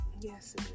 Yes